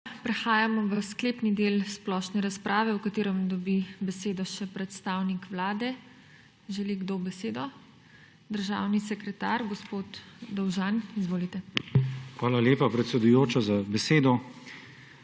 Prehajamo v sklepni del splošne razprave, v kateri dobi besedo še predstavnik Vlade. Želi kdo besedo? (Da.) Državni sekretar gospod Dovžan. Izvolite. GAŠPER DOVŽAN: Hvala lepa, predsedujoča, za besedo.